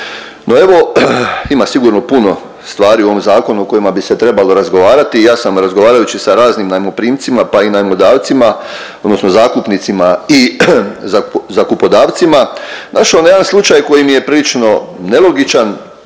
No evo ima sigurno puno stvari u ovom zakonu o kojima bi se trebalo razgovarati i ja sam razgovarajući sa raznim najmoprimcima, pa i najmodavcima odnosno zakupnicima i zakupodavcima naišao na jedan slučaj koji mi je prilično nelogičan,